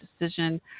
decision